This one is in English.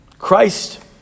Christ